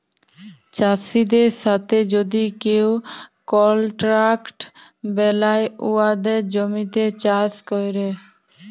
চাষীদের সাথে যদি কেউ কলট্রাক্ট বেলায় উয়াদের জমিতে চাষ ক্যরে